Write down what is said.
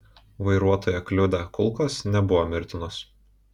vairuotoją kliudę kulkos nebuvo mirtinos